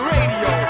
Radio